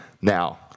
Now